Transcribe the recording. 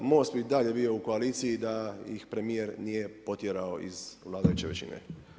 MOST bi i dalje bio u koaliciji da ih premijer nije potjerao iz vladajuće većine.